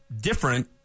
different